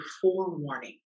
forewarning